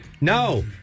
No